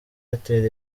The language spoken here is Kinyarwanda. airtel